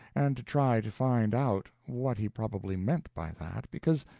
and to try to find out what he probably meant by that, because,